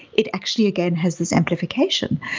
it actually, again, has this amplification.